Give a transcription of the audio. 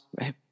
right